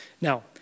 Now